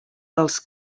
dels